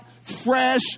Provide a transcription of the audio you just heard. fresh